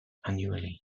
annually